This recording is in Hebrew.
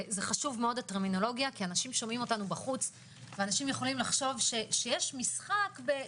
אנשים שומעים אותנו בחוץ ויכולים לחשוב שיש משחק.